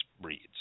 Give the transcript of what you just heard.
breeds